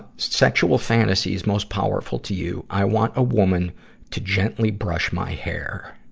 sexual fantasies most powerful to you i want a woman to gently brush my hair.